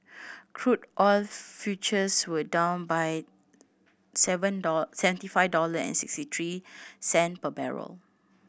crude oil futures were down to seven seventy five dollar sixty three cent per barrel